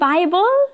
Bible